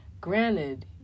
granted